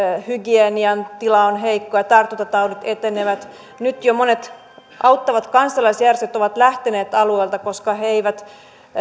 hygienian tila on heikko ja tartuntataudit etenevät nyt jo monet auttavat kansalaisjärjestöt ovat lähteneet alueelta koska he eivät